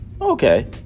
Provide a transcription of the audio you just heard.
Okay